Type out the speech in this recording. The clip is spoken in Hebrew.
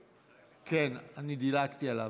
כן, אני דילגתי עליו.